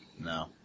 No